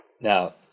Now